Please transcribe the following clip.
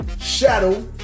shadow